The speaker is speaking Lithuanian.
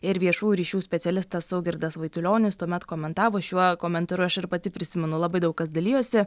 ir viešųjų ryšių specialistas saugirdas vaitulionis tuomet komentavo šiuo komentaru aš ir pati prisimenu labai daug kas dalijosi